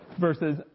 versus